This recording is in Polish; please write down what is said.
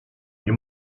nie